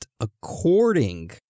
according